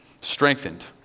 strengthened